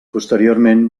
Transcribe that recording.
posteriorment